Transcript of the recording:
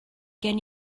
gen